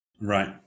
Right